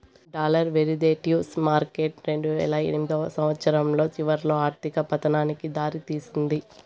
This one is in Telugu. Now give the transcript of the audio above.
డాలర్ వెరీదేటివ్స్ మార్కెట్ రెండువేల ఎనిమిదో సంవచ్చరం చివరిలో ఆర్థిక పతనానికి దారి తీసింది